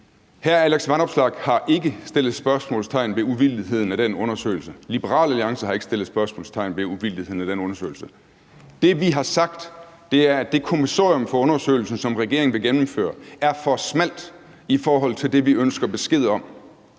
Hr. Alex Vanopslagh har ikke sat spørgsmålstegn ved uvildigheden af den undersøgelse, og Liberal Alliance har ikke sat spørgsmålstegn ved uvildigheden af den undersøgelse. Det, vi har sagt, er, at det kommissorium for undersøgelsen, som regeringen vil gennemføre, er for smalt i forhold til det, vi ønsker besked om.